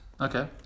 Okay